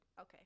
Okay